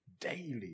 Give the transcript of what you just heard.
daily